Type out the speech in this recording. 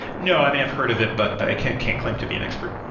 no. i mean, i've heard of it, but i can't can't claim to be an expert.